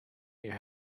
near